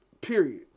Period